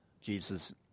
Jesus